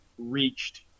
reached